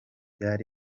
yaba